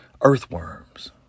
earthworms